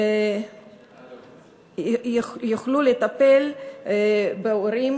יוכלו לטפל בהורים